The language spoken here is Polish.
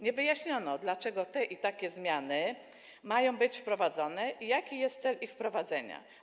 Nie wyjaśniono, dlaczego takie zmiany mają być wprowadzone i jaki jest cel ich wprowadzenia.